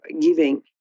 giving